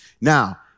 Now